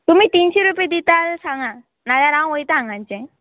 तुमी तिनशी रुपया दिता जाल्यार सांगा नाल्यार हांव वयता हांगांचें